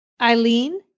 Eileen